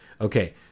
Okay